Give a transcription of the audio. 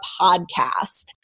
podcast